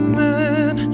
man